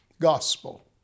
gospel